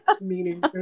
meaning